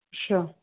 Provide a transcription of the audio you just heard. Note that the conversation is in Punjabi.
ਅੱਛਾ